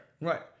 Right